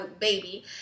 baby